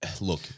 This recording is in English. look